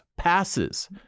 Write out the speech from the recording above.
passes